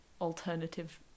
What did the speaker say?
alternative